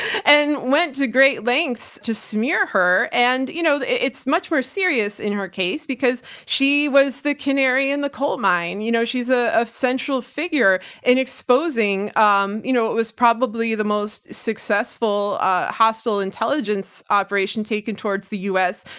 and went to great lengths to smear her. and, you know, it's much more serious in her case, because she was the canary in the coal mine. you know, she's ah a central figure in exposing. um you know, it was probably the most successful, hostile intelligence operation taken towards the u. s.